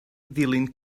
ddilyn